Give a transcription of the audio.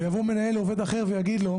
ויבוא מנהל אחר לעובד ויגיד לו: